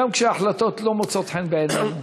גם כשהחלטות לא מוצאות חן בעינינו.